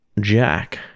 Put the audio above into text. Jack